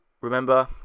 remember